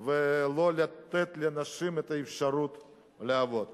ולא לתת לנשים את האפשרות לעבוד.